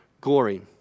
glory